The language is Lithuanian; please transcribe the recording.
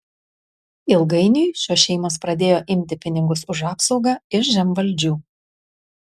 ilgainiui šios šeimos pradėjo imti pinigus už apsaugą iš žemvaldžių